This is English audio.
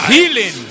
Healing